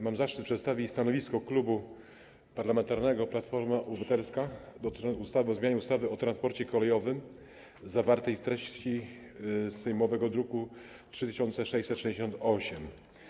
Mam zaszczyt przedstawić stanowisko Klubu Parlamentarnego Platforma Obywatelska dotyczące ustawy o zmianie ustawy o transporcie kolejowym, zawartej w treści sejmowego druku nr 3668.